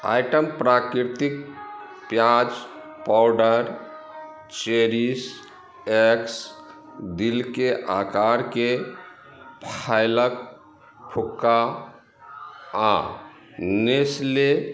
item प्राकृतिक पिआज powder चेरिश एक्स दिलके आकारके फॉयलक फुक्का आ नेस्ले